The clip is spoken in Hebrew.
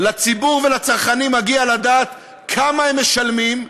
לציבור ולצרכנים מגיע לדעת כמה הם משלמים,